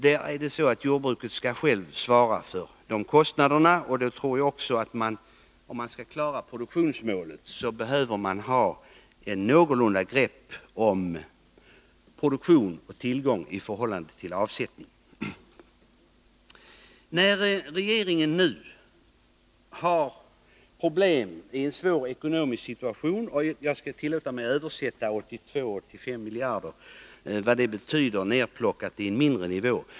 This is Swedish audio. Men jordbruket skall alltså självt svara för dessa kostnader. Skall man klara produktionsmålet behövs ett visst grepp över produktion och tillgång i förhållande till avsättning. Regeringen har nu problem i en svår ekonomisk situation. Jag skall tillåta mig att förklara vad 82-85 miljarder betyder nedplockat på en lägre nivå.